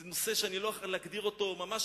זה נושא שלא אוכל להגדיר אותו ממש,